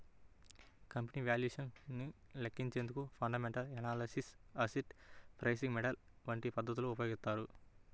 company valuation ను లెక్కించేందుకు fundamental analysis, asset pricing model వంటి పద్ధతులను ఉపయోగిస్తారు